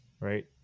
right